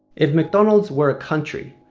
if mcdonald's were a country,